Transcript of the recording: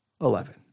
eleven